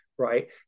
Right